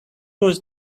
was